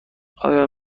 آیا